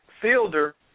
Fielder